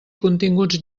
continguts